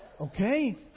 Okay